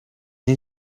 این